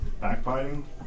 Backbiting